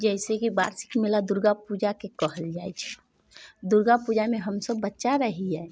जैसेकि वार्षिक मेला दुर्गा पूजाके कहल जाइ छै दुर्गा पूजामे हमसब बच्चा रहिए